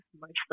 mostly